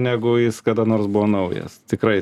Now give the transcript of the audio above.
negu jis kada nors buvo naujas tikrai